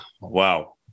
Wow